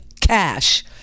cash